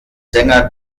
sänger